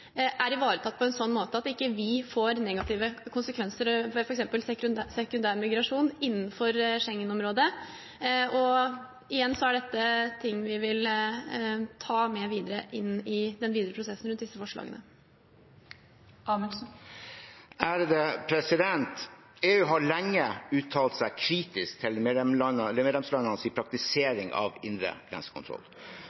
er ivaretatt på en sånn måte at vi ikke får negative konsekvenser ved f.eks. sekundær migrasjon innenfor Schengen-området. Igjen: Dette er ting vi vil ta med inn i den videre prosessen rundt disse forslagene. EU har lenge uttalt seg kritisk til